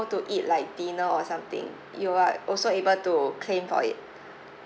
to eat like dinner or something you are also able to claim for it